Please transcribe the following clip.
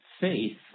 faith